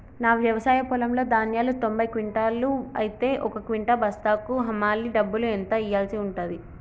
నా వ్యవసాయ పొలంలో ధాన్యాలు తొంభై క్వింటాలు అయితే ఒక క్వింటా బస్తాకు హమాలీ డబ్బులు ఎంత ఇయ్యాల్సి ఉంటది?